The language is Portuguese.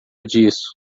disso